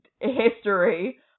history